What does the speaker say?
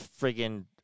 friggin